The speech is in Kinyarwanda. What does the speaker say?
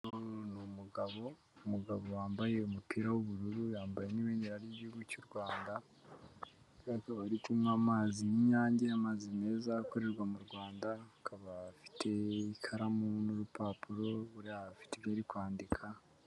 Uyu nguyu ni mugabo, umugabo wambaye umupira w'ubururu, yambaye n'ibendera ry'igihugu cy'u Rwanda, akaba ari kunywa amazi y'Inyange, amazi meza, akorerwa mu Rwanda, akaba afite ikaramu n'urupapuro, buriya afite ibyo ari kwandika...